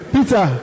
Peter